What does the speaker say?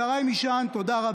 שריי משען, תודה.